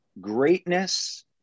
greatness